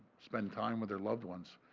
spend time with your loved ones.